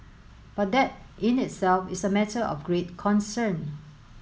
but that in itself is a matter of great concern